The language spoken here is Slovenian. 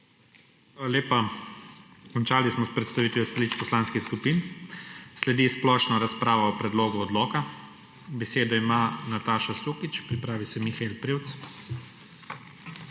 lepa. Končali smo s predstavitvijo stališč poslanskih skupin. Sledi splošna razprav o predlogu odloka. Besedo ima Nataša Sukič, pripravi se Mihael Prevc.